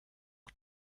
und